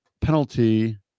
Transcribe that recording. penalty